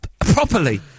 properly